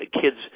Kids